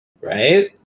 Right